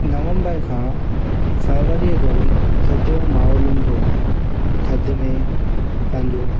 नवंबर खां फरवरीअ ताईं थधि जो माहौलु हूंदो आहे थधि में पंहिंजो